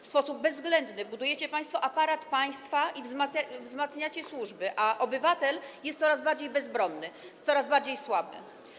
W sposób bezwzględny budujecie państwo aparat państwa i wzmacniacie służby, a obywatel jest coraz bardziej bezbronny, coraz bardziej słaby.